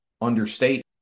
understate